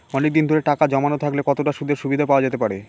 অনেকদিন ধরে টাকা জমানো থাকলে কতটা সুদের সুবিধে পাওয়া যেতে পারে?